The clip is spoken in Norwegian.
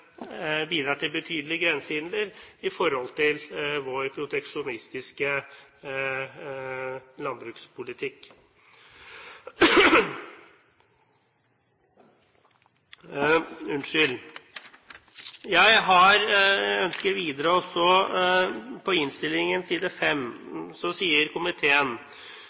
bidrar til betydelige grensehindre med vår proteksjonistiske landbrukspolitikk. I innstillingen på side 5 sier komiteen: